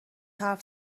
حرف